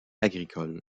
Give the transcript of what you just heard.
agricole